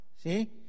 See